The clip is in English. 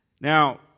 Now